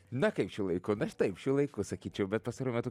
na kaip čia laiku bet taip šiuo laiku sakyčiau bet pastaruoju metu